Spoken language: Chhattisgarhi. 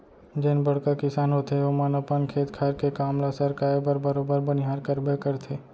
जेन बड़का किसान होथे ओमन अपन खेत खार के काम ल सरकाय बर बरोबर बनिहार करबे करथे